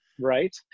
Right